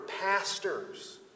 pastors